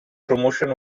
promotion